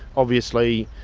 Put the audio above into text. obviously,